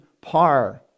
par